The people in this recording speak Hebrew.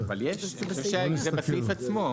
אבל זה בסעיף עצמו.